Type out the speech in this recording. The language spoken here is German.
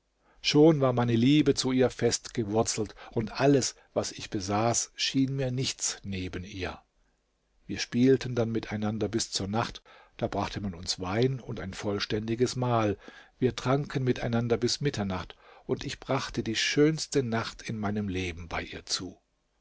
schon war meine liebe zu ihr festgewurzelt und alles was ich besaß schien mir nichts neben ihr wir spielten dann miteinander bis zur nacht da brachte man uns wein und ein vollständiges mahl wir tranken miteinander bis mitternacht und ich brachte die schönste nacht in meinem leben bei ihr zu